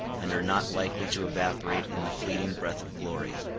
and are not likely to evaporate in the fleeting breath of glory.